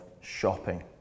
shopping